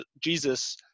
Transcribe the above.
Jesus